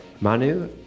Manu